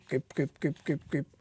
kaip kaip kaip kaip